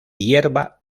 hierba